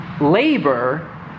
labor